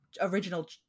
original